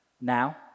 Now